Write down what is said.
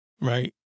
right